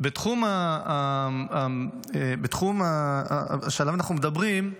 בתחום שעליו אנחנו מדברים,